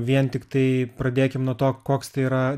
vien tiktai pradėkim nuo to koks tai yra